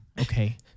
Okay